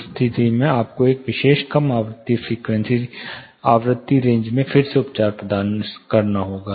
उस स्थिति में आपको उस विशेष कम आवृत्ति रेंज में फिर से उपचार प्रदान करना होगा